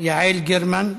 יעל גרמן,